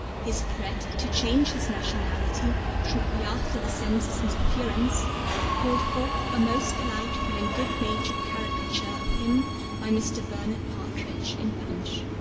his threat to change his nationality shortly after the censor's interference called forth a most delightful and good-natured caricature of him by mr. bernard partridge in punch.